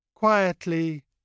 Quietly